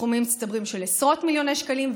סכומים מצטברים של עשרות מיליוני שקלים,